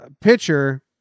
pitcher